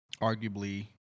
arguably